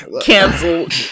Canceled